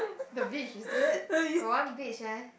the beach is it got one beach eh